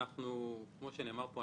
כמו שנאמר פה,